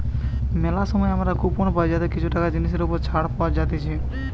মেলা সময় আমরা কুপন পাই যাতে কিছু টাকা জিনিসের ওপর ছাড় পাওয়া যাতিছে